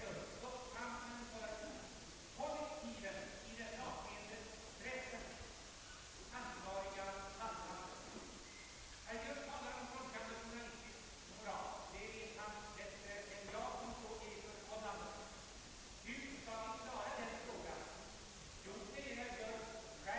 Så liberal är jag, att jag föredrar att problemet löstes genom en hundraprocentig respekt för Publicistklubbens regler hellre än genom en lagstiftning. Men herr Hernelius måste alltjämt övertyga mig om att det nya förslaget till regler för Publicistklubben innebär en förstärkning av den enskildes ställning gentemot tidningarna.